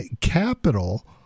capital